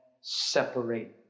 separate